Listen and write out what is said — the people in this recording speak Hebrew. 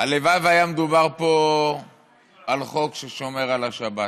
הלוואי שהיה מדובר פה על חוק ששומר על השבת,